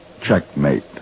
Checkmate